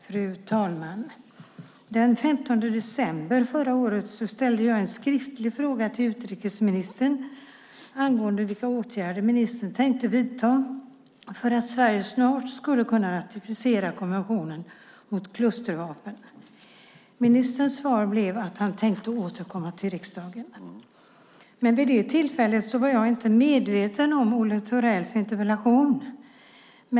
Fru talman! Den 15 december förra året ställde jag en skriftlig fråga till utrikesministern angående vilka åtgärder ministern tänkte vidta "för att Sverige snart ska kunna ratificera konventionen mot klustervapen". Ministerns svar blev att han tänkte återkomma till riksdagen. Vid det tillfället var jag inte medveten om Olle Thorells interpellation.